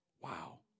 Wow